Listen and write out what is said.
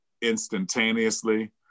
instantaneously